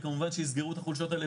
היא כמובן שייסגרו את החולשות האלה,